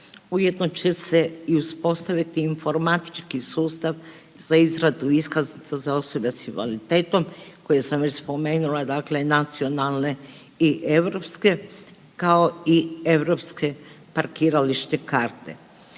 ujedno će se i uspostaviti informatički sustav za izradu iskaznica za osobe sa invaliditetom koje sam već spomenula, dakle nacionalne i europske kao i europske parkirališne karte.